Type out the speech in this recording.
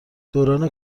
دوران